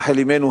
רחל אמנו,